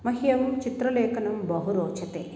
मह्यं चित्रलेखनं बहु रोचते